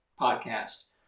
podcast